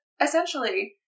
essentially